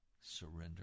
surrender